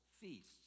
feasts